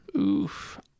Oof